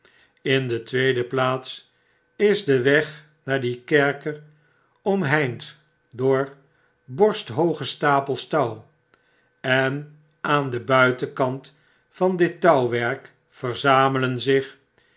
in de tweede plaats is de weg naar dien kerker omheind door borsthooge stapels touw enaan den buitenkant van dit touwwerk verzamelen zich